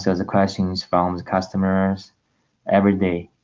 so the questions found customers every day